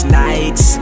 nights